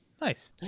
Nice